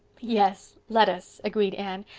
yes, let us, agreed anne,